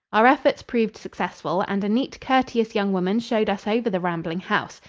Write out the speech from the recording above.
our efforts proved successful and a neat, courteous young woman showed us over the rambling house.